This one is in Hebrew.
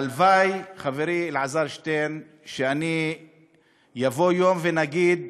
הלוואי, חברי אלעזר שטרן, שיבוא יום ונגיד